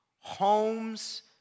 homes